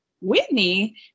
Whitney